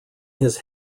his